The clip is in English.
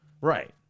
Right